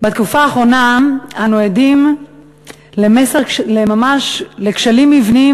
בתקופה האחרונה אנו עדים ממש לכשלים מבניים